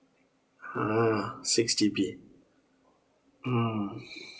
ah six G_B mm